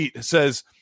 says